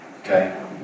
Okay